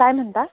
काय म्हणता